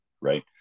right